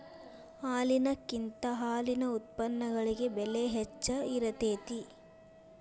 ಹಾಲಿನಕಿಂತ ಹಾಲಿನ ಉತ್ಪನ್ನಗಳಿಗೆ ಬೆಲೆ ಹೆಚ್ಚ ಇರತೆತಿ